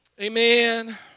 Amen